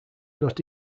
not